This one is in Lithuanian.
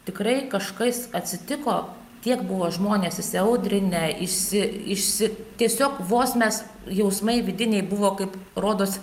tikrai kažkas atsitiko tiek buvo žmonės įsiaudrinę įsi įsi tiesiog vos mes jausmai vidiniai buvo kaip rodos